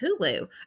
Hulu